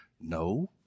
No